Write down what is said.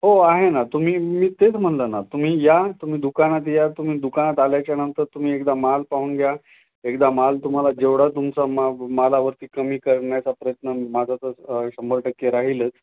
हो आहे ना तुम्ही मी तेच म्हटलं ना तुम्ही या तुम्ही दुकानात या तुम्ही दुकानात आल्याच्यानंतर तुम्ही एकदा माल पाहून घ्या एकदा माल तुम्हाला जेवढा तुमचा मा मालावरती कमी करण्याचा प्रयत्न माझं तर शंभर टक्के राहीलच